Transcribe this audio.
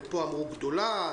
ופה אמרו "גדולה",